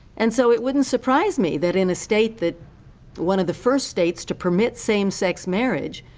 and so it wouldn't surprise me that in a state that one of the first states to permit same-sex marriage,